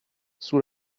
sous